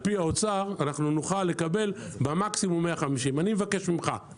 על פי האוצר אנחנו נוכל לקבל במקסימום 150. אני מבקש ממך,